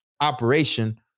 operation